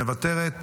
מוותרת,